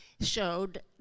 showed